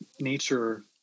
nature